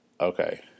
Okay